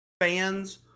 fans